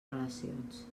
relacions